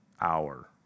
hour